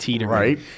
Right